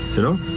you know?